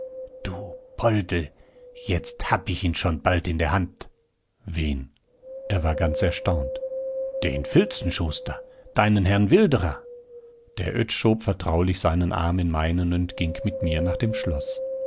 du poldl jetzt hab ich ihn schon bald in der hand wen er war ganz erstaunt den filzenschuster deinen herrn wilderer der oetsch schob vertraulich seinen arm in meinen und ging mit mir nach dem schloß